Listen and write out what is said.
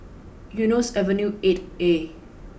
Eunos Avenue eight A